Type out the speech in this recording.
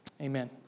Amen